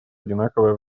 одинаковое